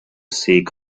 sake